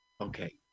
Okay